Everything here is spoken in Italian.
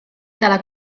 dalla